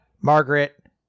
margaret